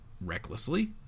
recklessly